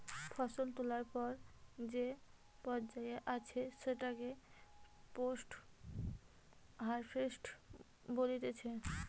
ফসল তোলার পর যে পর্যায়ে আছে সেটাকে পোস্ট হারভেস্ট বলতিছে